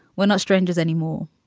we're not strangers anymore.